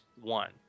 one